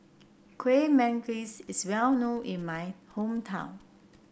Kuih Manggis is well known in my hometown